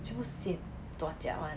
全部 dua jia [one]